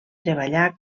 treballar